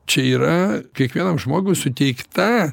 čia yra kiekvienam žmogui suteikta